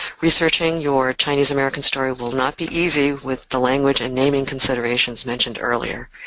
researching your chinese-american story will not be easy with the language and naming considerations mentioned earlier.